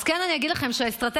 אז כן, אני אגיד לכם שהאסטרטגיה